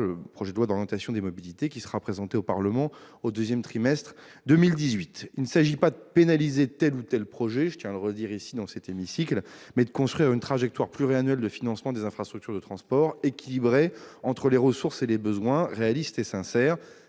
le projet de loi d'orientation des mobilités, qui sera présenté au Parlement au deuxième trimestre 2018. Il ne s'agit pas de pénaliser tel ou tel projet, je tiens à le redire dans cet hémicycle, mais de construire une trajectoire pluriannuelle de financement des infrastructures de transport équilibrée entre les ressources et les besoins, réaliste et sincère.